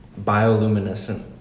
bioluminescent